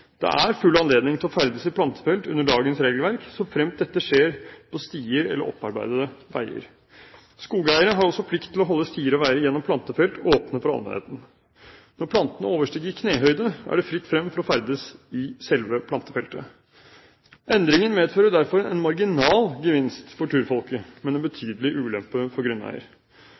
det er full anledning til å ferdes i plantefelt etter dagens regelverk, så fremt dette skjer på stier eller opparbeidede veier. Skogeiere har også plikt til å holde stier og veier gjennom plantefelt åpne for allmennheten. Når plantene overstiger knehøyde, er det fritt frem for å ferdes i selve plantefeltet. Endringen medfører derfor en marginal gevinst for turfolket, men en betydelig ulempe for grunneier.